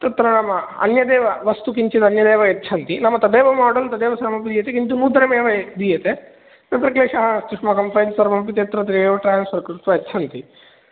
तत्र नाम अन्यदेव वस्तु किञ्चिदन्यदेव यच्छन्ति नाम तदेव मोडेल् तदेव समपियते किन्तु नूतनमेव य दीयते तत्र क्लेशः युष्माकं फ़ैन् सर्वमपि तत्र ते एव ट्रान्स्फ़र् कृत्वा यच्छन्ति